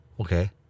Okay